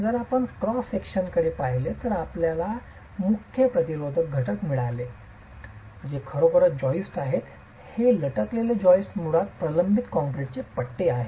जर आपण क्रॉस विभागाकडे पाहिले तर आपल्याला मुख्य प्रतिरोधक घटक मिळाले आहेत जे खरोखरच हे जॉईस्ट आहेत हे लटकेले जॉईस्ट ते मुळात प्रबलित कंक्रीट पट्टे आहेत